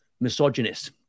misogynist